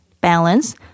balance